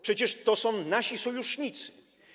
Przecież to są nasi sojusznicy.